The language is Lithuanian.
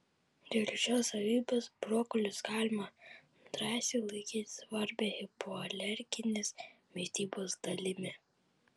dėl šios savybės brokolius galima drąsiai laikyti svarbia hipoalerginės mitybos dalimi